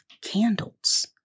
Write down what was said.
candles